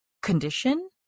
condition